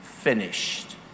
finished